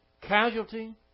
casualty